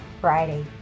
Friday